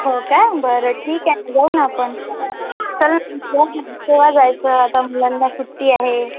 हो का बरं ठीक आहे जाऊ न आपण चला न जाऊ न केव्हा जायचं आता मुलांना सुट्टी आहे